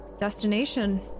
destination